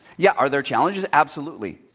yeah, are there challenges? absolutely.